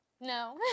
No